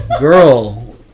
Girl